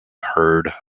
herd